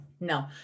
no